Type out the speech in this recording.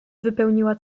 wypełniła